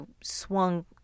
swung